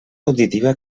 auditiva